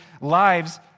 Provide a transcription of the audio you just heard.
lives